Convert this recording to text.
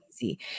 Easy